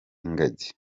ingagi